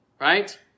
Right